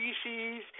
species